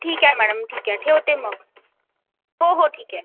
ठीक आहे मॅळम ठीक आहे ठेवते मग हो हो ठीक आहे